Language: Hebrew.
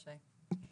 תודה שי.